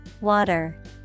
Water